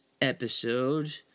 episode